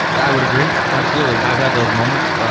i would agree. absolutely, i've had those moments.